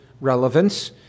relevance